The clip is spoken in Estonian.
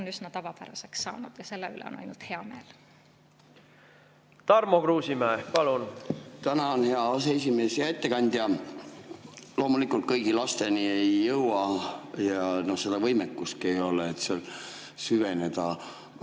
on üsna tavapäraseks saanud ja selle üle on ainult hea meel. Tarmo Kruusimäe, palun! Tänan, hea aseesimees! Hea ettekandja! Loomulikult kõigi lasteni ei jõua ja seda võimekustki ei ole, et süveneda.